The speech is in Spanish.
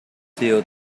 sido